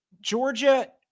Georgia